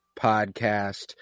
podcast